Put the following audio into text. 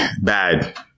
bad